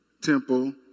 temple